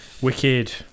Wicked